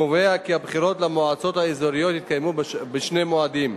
קובע כי הבחירות למועצות האזוריות יתקיימו בשני מועדים.